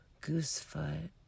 Goosefoot